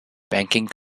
banking